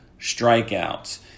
strikeouts